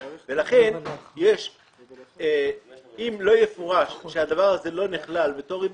לכן אם לא יפורש שהדבר הזה לא נכלל בתור ריבית,